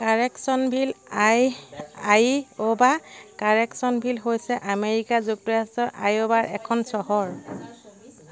Correctionville Iowa Correctionville হৈছে America যুক্তৰাষ্ট্ৰৰ আইঅ'ৱাৰ এখন চহৰ